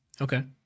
Okay